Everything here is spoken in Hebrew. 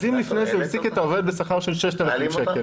אם לפני זה הוא העסיק את העובד בשכר של 6,000 שקלים,